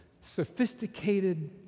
sophisticated